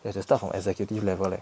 you have to start from executive level leh